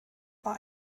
bei